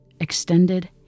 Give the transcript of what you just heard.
Extended